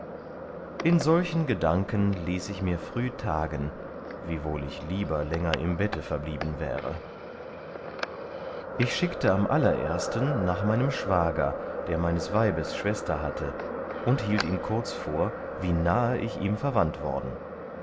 in solchen gedanken ließ ich mir früh tagen wiewohl ich lieber länger im bette verblieben wäre ich schickte am allerersten nach meinem schwager der meines weibes schwester hatte und hielt ihm kurz vor wie nahe ich ihm verwandt worden